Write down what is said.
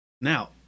Now